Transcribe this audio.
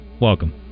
welcome